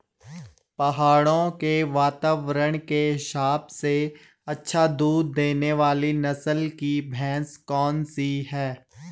पहाड़ों के वातावरण के हिसाब से अच्छा दूध देने वाली नस्ल की भैंस कौन सी हैं?